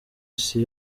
isi